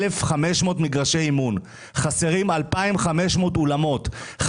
חסרים 2,500 אולמות.